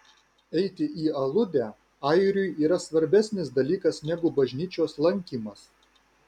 eiti į aludę airiui yra svarbesnis dalykas negu bažnyčios lankymas